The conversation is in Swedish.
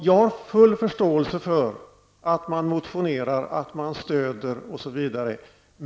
Jag har full förståelse för att man motionerar, stöder osv.